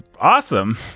awesome